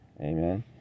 Amen